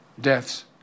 deaths